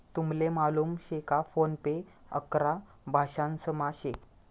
तुमले मालूम शे का फोन पे अकरा भाषांसमा शे